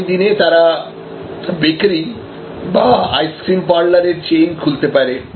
আগামীদিনে তারা বেকারী বা আইসক্রিম পার্লার এর চেইন খুলতে পারে